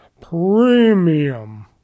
premium